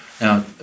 Now